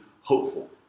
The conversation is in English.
hopeful